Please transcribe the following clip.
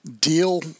deal